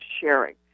sharing